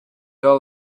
all